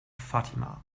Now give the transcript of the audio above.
fatima